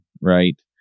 right